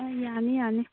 ꯑ ꯌꯥꯅꯤ ꯌꯥꯅꯤ